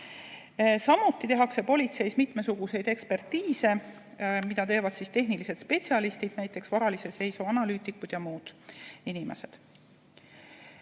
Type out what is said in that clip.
Samuti tehakse politseis mitmesuguseid ekspertiise, mida teevad tehnilised spetsialistid, näiteks varalise seisu analüütikud ja muud inimesed.